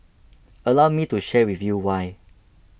allow me to share with you why